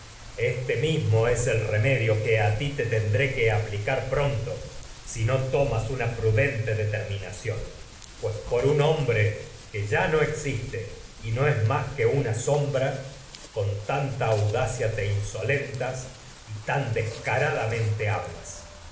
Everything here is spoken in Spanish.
este el remedio tomas que ti te tendré aplicar pronto ción que pues por si no una prudente determina es y un hombre que ya no existe y no con más tan una sombra tanta audacia te insolentas descaradamente hablas